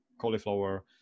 cauliflower